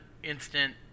Instant